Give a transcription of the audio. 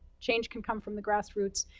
change can come from the grassroots.